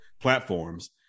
platforms